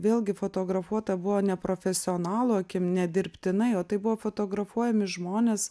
vėlgi fotografuota buvo ne profesionalo akim nedirbtinai o tai buvo fotografuojami žmonės